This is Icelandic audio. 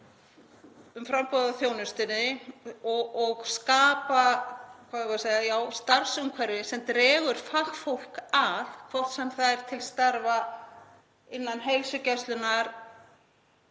í framboði á þjónustunni og skapa starfsumhverfi sem dregur fagfólk að, hvort sem það er til starfa innan heilsugæslunnar,